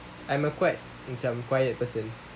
I'm a quite macam quiet person